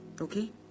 okay